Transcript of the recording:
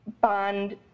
bond